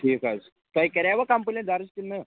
ٹھیٖک حظ تۄہہِ کَرِیاو کَمپٕلین درج کِنہٕ نہٕ